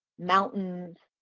mountains,